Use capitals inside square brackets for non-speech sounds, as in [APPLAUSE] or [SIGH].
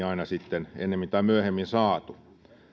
[UNINTELLIGIBLE] on aina ennemmin tai myöhemmin saatu kiinni on selvää että